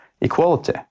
equality